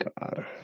God